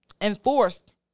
enforced